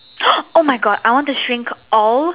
oh my God I want to shrink all